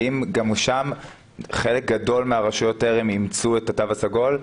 האם גם שם חלק גדול מהרשויות טרם אימצו את התו הסגול?